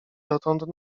dotąd